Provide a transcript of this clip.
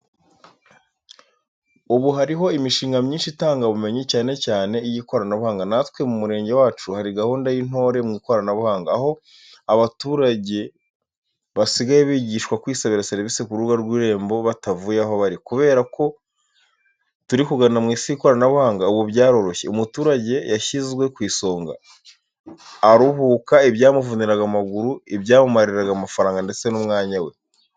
Ubu hariho imishinga myinshi itanga ubumenyi, cyane cyane iy’ikoranabuhanga. Natwe mu murenge wacu hari gahunda y’Intore mu Ikoranabuhanga, aho abaturage basigaye bigishwa kwisabira serivisi ku rubuga rw’Irembo batavuye aho bari. Kubera ko turikugana mu isi y’ikoranabuhanga, ubu byaroroshye, umuturage yashyizwe ku isonga, aruhuka ibyamuvuniraga amaguru, ibyamumariraga amafaranga ndetse n’umwanya we.